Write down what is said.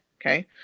okay